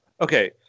okay